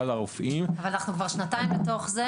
לרופאים --- אנחנו כבר שנתיים ויותר בתוך זה.